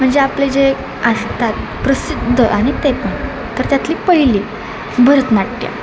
म्हणजे आपले जे असतात प्रसिद्ध आणि ते पण तर त्यातली पहिली भरतनाट्यम